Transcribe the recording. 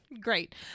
Great